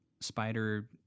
spider